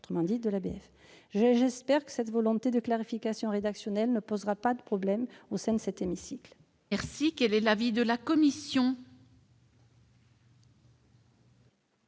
la saisine » de l'ABF. J'espère que cette volonté de clarification rédactionnelle ne posera pas de problèmes au sein cet hémicycle. Quel est l'avis de la commission ?